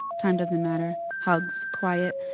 time doesn't matter. hugs, quiet.